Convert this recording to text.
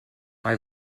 mae